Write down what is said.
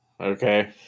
Okay